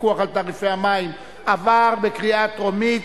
פיקוח על תעריפי מים) עברה בקריאה טרומית,